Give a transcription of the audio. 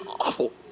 awful